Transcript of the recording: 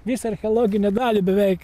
visą archeologinę dalį beveik